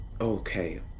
okay